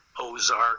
ozark